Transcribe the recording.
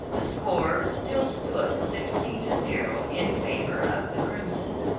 the score still stood sixteen to zero in favor of the crimson.